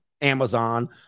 Amazon